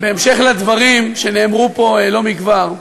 בהמשך הדברים שנאמרו פה לא מכבר,